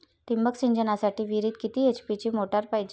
ठिबक सिंचनासाठी विहिरीत किती एच.पी ची मोटार पायजे?